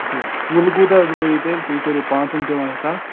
تہٕ کُل کوٗتاہ حظ گوٚو یہِ تیٚلہِ تُہۍ کٔرِو پانٛژَن کِلوَن حِساب